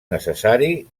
necessari